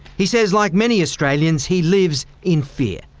he says like many australians he lives in fear,